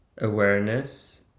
awareness